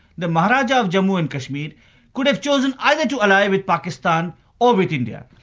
the maharajah of jammu and kashmir could have chosen either to ally with pakistan or with india,